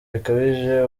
bikabije